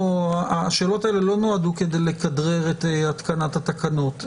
השאלות האלה לא נועדו כדי לכדרר את התקנת התקנות.